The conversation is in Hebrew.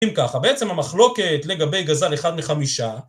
אם ככה, בעצם המחלוקת לגבי גזל אחד מחמישה.